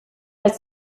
als